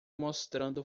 mostrando